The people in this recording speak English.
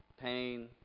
pain